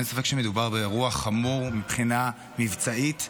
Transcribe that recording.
אין ספק שמדובר באירוע חמור מבחינה מבצעית,